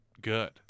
good